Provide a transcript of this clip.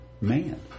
man